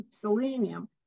selenium